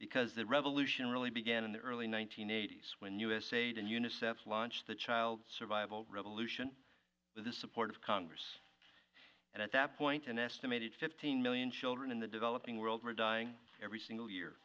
because the revolution really began in the early one nine hundred eighty s when usaid and unicef launched the child survival revolution with the support of congress and at that point an estimated fifteen million children in the developing world were dying every single year